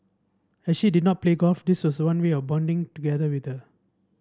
as she did not play golf this was one way of bonding together with her